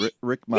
Rick